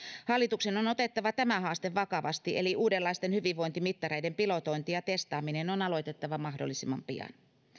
hallituksen on on otettava tämä haaste vakavasti eli uudenlaisten hyvinvointimittareiden pilotointi ja testaaminen on aloitettava mahdollisimman pian